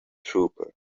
trooper